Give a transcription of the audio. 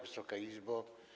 Wysoka Izbo!